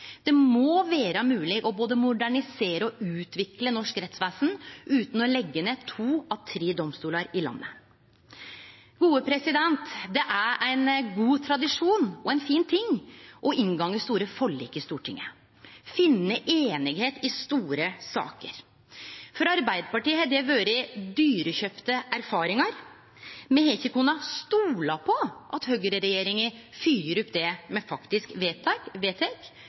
Det må vere mogleg både å modernisere og utvikle norsk rettsvesen utan å leggje ned to av tre domstolar i landet. Det er ein god tradisjon og ein fin ting å inngå store forlik i Stortinget og finne einigheit i store saker. For Arbeidarpartiet har det vore dyrekjøpte erfaringar. Me har ikkje kunna stole på at høgreregjeringa følgjer opp det me faktisk vedtek, særleg i samband med